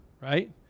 right